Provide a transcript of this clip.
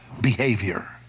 behavior